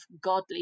godly